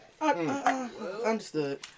Understood